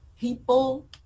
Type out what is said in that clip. people